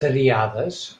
triades